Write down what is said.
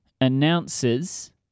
announces